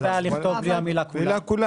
מה הבעיה לכתוב בלי המילה "כולה"?